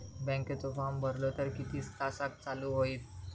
बँकेचो फार्म भरलो तर किती तासाक चालू होईत?